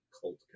Cult